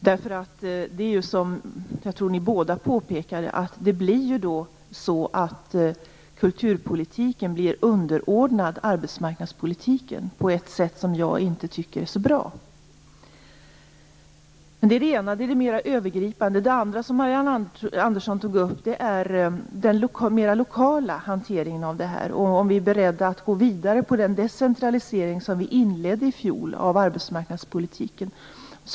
Som både Ewa Larsson och Marianne Andersson påpekade blir kulturpolitiken underordnad arbetsmarknadspolitiken på ett sätt som jag inte tycker är så bra. Detta var det mera övergripande. Det andra som Marianne Anderson tog upp rörde den lokala hanteringen. Hon frågade om vi är beredda att gå vidare i den decentralisering av arbetsmarknadspolitiken som vi inledde i fjol.